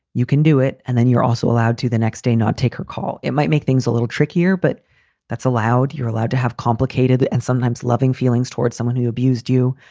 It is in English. you can do it. and then you're also allowed to the next day, not take her call. it might make things a little trickier, but that's allowed. you're allowed to have complicated and sometimes loving feelings towards someone who abused you.